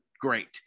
great